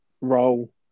role